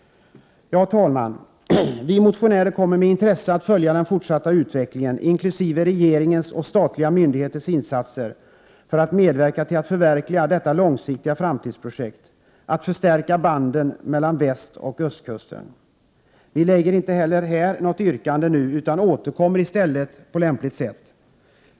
Herr talman! Vi motionärer kommer med intresse att följa den fortsatta utvecklingen — inkl. regeringens och statliga myndigheters insatser för att medverka till att förverkliga detta långsiktiga framtidsprojekt, att förstärka banden mellan västoch östkusten. Vi framställer inte något yrkande nu, utan vi återkommer på lämpligt sätt.